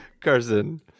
Carson